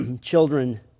children